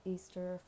Easter